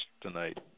tonight